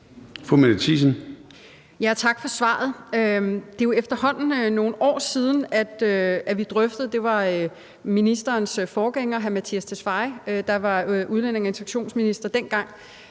Tak for svaret. Det er jo efterhånden nogle år siden, at vi drøftede det. Det var ministerens forgænger, hr. Mattias Tesfaye, der var udlændinge- og integrationsminister dengang,